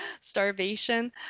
starvation